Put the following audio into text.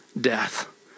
death